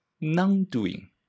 non-doing